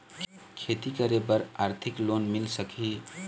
खेती करे बर आरथिक लोन मिल सकही?